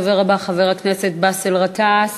הדובר הבא, חבר הכנסת באסל גטאס,